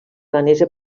danesa